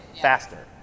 faster